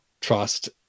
trust